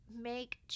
make